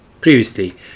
Previously